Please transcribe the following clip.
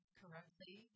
correctly